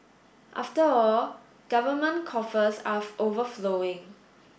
after all government coffers are overflowing